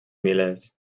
milers